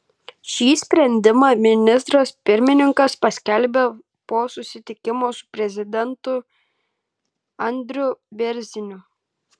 šį sprendimą ministras pirmininkas paskelbė po susitikimo su prezidentu andriu bėrziniu